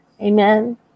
Amen